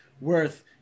worth